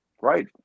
Right